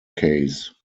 case